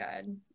good